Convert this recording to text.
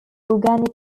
organic